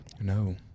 No